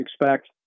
expect